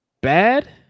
bad